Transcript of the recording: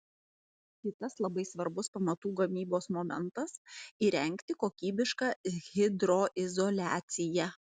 kitas labai svarbus pamatų gamybos momentas įrengti kokybišką hidroizoliaciją